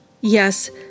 Yes